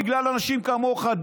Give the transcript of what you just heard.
בגלל אנשים כמוך,